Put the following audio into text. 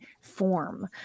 form